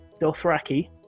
Dothraki